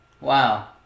wow